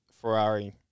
Ferrari